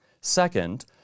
Second